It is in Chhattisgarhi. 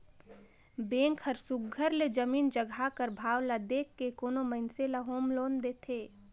बेंक हर सुग्घर ले जमीन जगहा कर भाव ल देख के कोनो मइनसे ल होम लोन देथे